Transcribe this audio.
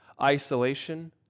isolation